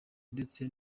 ndetse